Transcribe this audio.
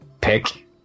pick